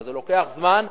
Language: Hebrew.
וזה לוקח זמן,